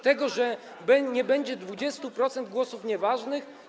Tego, że nie będzie 20% głosów nieważnych?